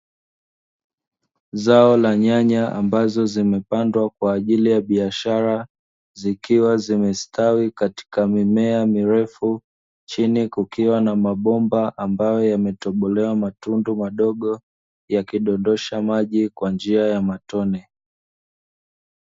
Zao la nyanya ambazo zimepandwa kwa ajili ya biashara zikiwa zimestawi katika mimea mirefu, chini kukiwa na mabomba ambayo yametobolewa matundu madogo, yakidondosha maji kwa njia ya matone.